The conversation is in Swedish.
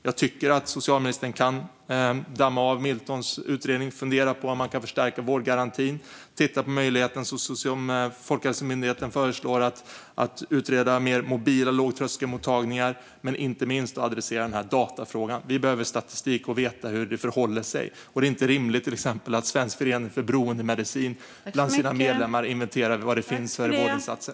Jag tycker att socialministern kan damma av Miltons utredning, fundera på om man kan förstärka vårdgarantin, titta på möjligheten att utreda mer mobila lågtröskelmottagningar, som Folkhälsomyndigheten föreslår, och inte minst adressera datafrågan. Vi behöver statistik, och vi behöver veta hur det förhåller sig. Det är till exempel inte rimligt att Svensk förening för beroendemedicin låtit sina medlemmar inventera vad det finns för vårdinsatser.